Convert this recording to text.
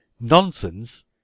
nonsense